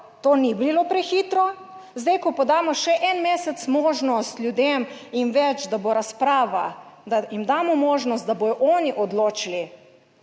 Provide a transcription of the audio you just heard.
to ni bilo prehitro, zdaj, ko pa damo še en mesec možnost ljudem in več, da bo razprava, da jim damo možnost, da bodo oni odločili